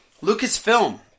Lucasfilm